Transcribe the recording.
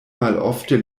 malofte